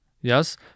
yes